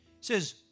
says